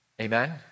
Amen